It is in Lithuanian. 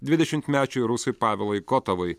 dvidešimtmečiui rusui pavelui kotovui